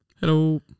Hello